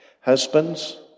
Husbands